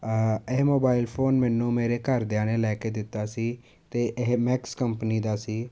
ਇਹ mobile phone ਮੈਨੂੰ ਮੇਰੇ ਘਰਦਿਆਂ ਨੇ ਲੈ ਕੇ ਦਿੱਤਾ ਸੀ ਅਤੇ ਇਹ ਮੈਕਸ ਕੰਪਨੀ ਦਾ ਸੀ